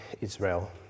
Israel